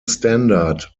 standard